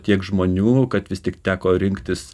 tiek žmonių kad vis tik teko rinktis